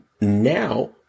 now